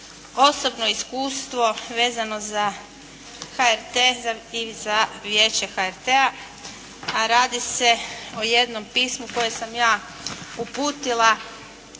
osobno iskustvo vezano za HRT i za Vijeće HRT-a, a radi se o jednom pismu koje sam ja uputila